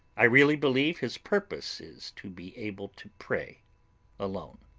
i really believe his purpose is to be able to pray alone.